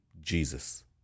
Jesus